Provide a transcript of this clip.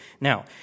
Now